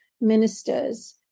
ministers